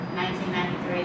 1993